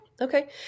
Okay